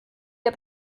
der